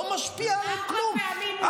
לא משפיע עליהם כלום.